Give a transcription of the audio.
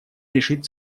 решить